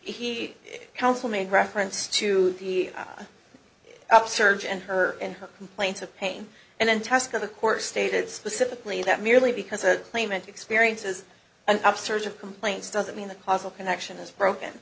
he counsel made reference to the surge and her and her complaints of pain and then task of the court stated specifically that merely because a claimant experiences an upsurge of complaints doesn't mean the causal connection is broken